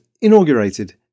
inaugurated